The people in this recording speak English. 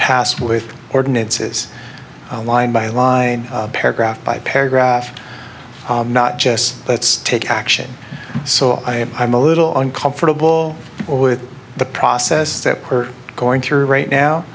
past with ordinances line by line paragraph by paragraph not just let's take action so i i'm a little uncomfortable with the process that we're going through right